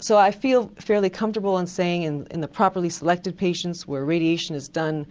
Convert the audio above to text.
so i feel fairly comfortable in and saying and in the properly selected patients where radiation is done,